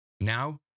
now